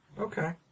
Okay